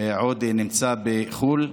עודה נמצא בחו"ל,